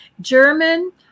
German